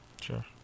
sure